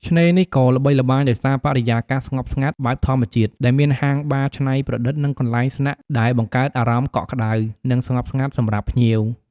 ឆ្នេរនេះក៏ល្បីល្បាញដោយសារបរិយាកាសស្ងប់ស្ងាត់ បែបធម្មជាតិ ដែលមានហាងបារច្នៃប្រឌិត និងកន្លែងស្នាក់ ដែលបង្កើតអារម្មណ៍កក់ក្ដៅ និងស្ងប់ស្ងាត់សម្រាប់ភ្ញៀវ។